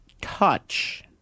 touch